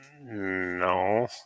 No